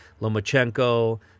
Lomachenko